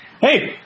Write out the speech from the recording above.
Hey